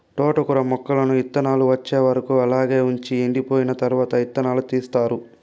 తోటకూర మొక్కలను ఇత్తానాలు వచ్చే వరకు అలాగే వుంచి ఎండిపోయిన తరవాత ఇత్తనాలను తీస్తారు